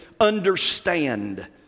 understand